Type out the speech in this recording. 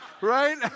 Right